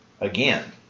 again